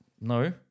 No